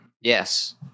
yes